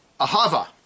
Ahava